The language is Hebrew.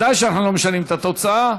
ודאי שאנחנו לא משנים את התוצאה.